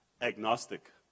agnostic